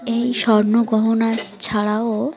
এই স্বর্ণ গহনা ছাড়াও